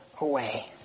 away